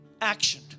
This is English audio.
action